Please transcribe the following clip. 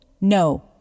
No